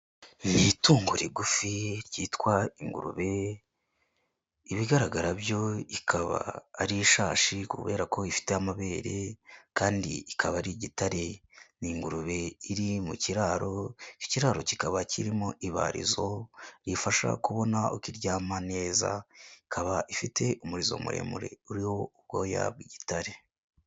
Itungo rigufi ryitwa ingurube, ibigaragara byo ikaba ari ishashi kubera ko ifite amabere, kandi ikaba ari igitare. Ni ingurube iri mu kiraro, ikiraro kikaba kirimo ibarizo riyifasha kubona ukiryama neza, ikaba ifite umurizo muremure uriho ubwoya bw'gitare.